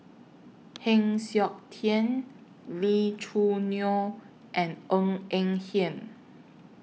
Heng Siok Tian Lee Choo Neo and Ng Eng Hen